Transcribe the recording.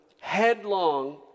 headlong